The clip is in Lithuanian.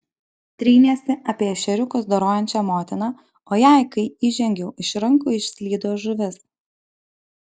trynėsi apie ešeriukus dorojančią motiną o jai kai įžengiau iš rankų išslydo žuvis